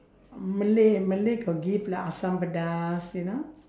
malay malay got give lah asam-pedas you know